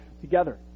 together